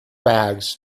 bags